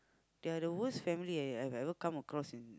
they're the worst family I have ever come across